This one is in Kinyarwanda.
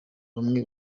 bamwe